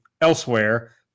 elsewhere